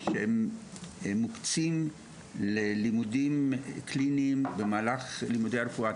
שמוקצים ללימודים קליניים במהלך לימודי הרפואה.